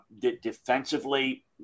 defensively